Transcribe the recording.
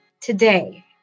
today